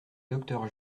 docteur